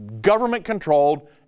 government-controlled